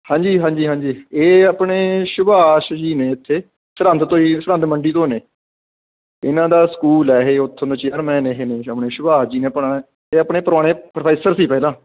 ਹਾਂਜੀ ਹਾਂਜੀ ਹਾਂਜੀ ਇਹ ਆਪਣੇ ਸੁਭਾਸ਼ ਜੀ ਨੇ ਇੱਥੇ ਸਰਹਿੰਦ ਤੋਂ ਹੀ ਸਰਹਿੰਦ ਮੰਡੀ ਤੋਂ ਨੇ ਇਹਨਾਂ ਦਾ ਸਕੂਲ ਹੈ ਇਹ ਉੱਥੋਂ ਦੇ ਚੇਅਰਮੈਨ ਇਹ ਨੇ ਆਪਣੇ ਸ਼ੁਭਾਜ ਜੀ ਨੇ ਆਪਣਾ ਇਹ ਆਪਣੇ ਪੁਰਾਣੇ ਪ੍ਰੋਫੈਸਰ ਸੀ ਪਹਿਲਾਂ